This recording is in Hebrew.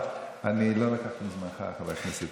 אבל אני לא רוצה להרחיב על העניין.